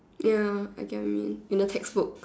ya I get what you mean in the textbook